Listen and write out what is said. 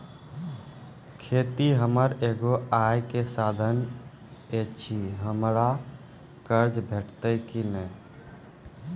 खेतीये हमर एगो आय के साधन ऐछि, हमरा कर्ज भेटतै कि नै?